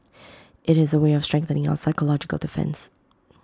IT is A way of strengthening our psychological defence